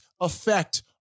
effect